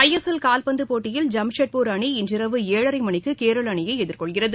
ISL கால்பந்துப் போட்டியில் ஜாம்ஷெட்பூர் அணி இன்றிரவு ஏழரை மணிக்கு கேரள அணியை எதிர்கொள்கிறது